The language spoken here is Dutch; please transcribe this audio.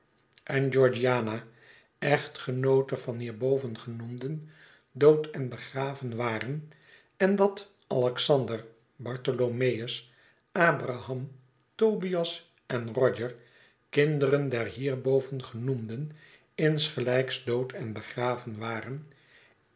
engeorgiana echtgenoote van hierboven genoemden dood en begraven waren en dat alexander barthoiomeus abraham tobias en roger kinderen der hierboven genoemden insgelijks dood en begraven waren